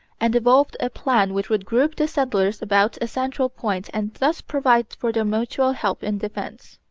and evolved a plan which would group the settlers about a central point and thus provide for their mutual help and defence.